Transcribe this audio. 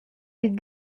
les